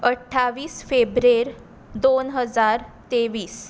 अठ्ठावीस फेब्रेर दोन हजार तेवीस